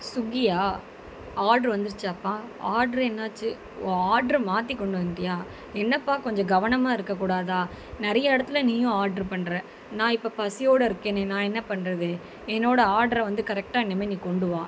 ஸுகியா order வந்துருச்சாப்பா order என்னாச்சு ஓ ஆட்ரை மாற்றி கொண்டு வந்துட்டியா என்னப்பா கொஞ்சம் கவனமாக இருக்க கூடாதா நிறைய இடத்துல நீயும் ஆட்ரு பண்ணுற நான் இப்போ பசியோட இருக்கேனே நான் என்ன பண்ணுறது என்னோடய ஆட்ரை வந்து கரெக்டாக இனிமேல் நீ கொண்டு வா